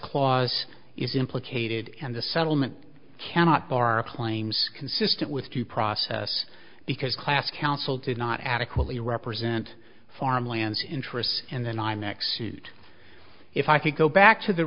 clause is implicated and the settlement cannot borrow claims consistent with due process because class counsel did not adequately represent farmlands interests and then i next suit if i could go back to the